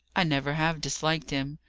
i never have disliked him.